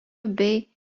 bei